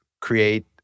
create